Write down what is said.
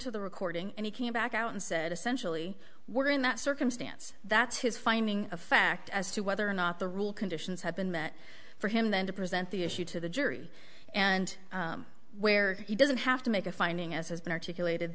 to the recording and he came back out and said essentially we're in that circumstance that's his finding of fact as to whether or not the rule conditions have been met for him then to present the issue to the jury and where he doesn't have to make a finding as has been articulated